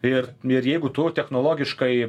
ir ir jeigu tu technologiškai